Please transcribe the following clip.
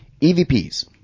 EVPs